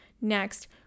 Next